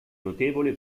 notevole